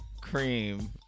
Cream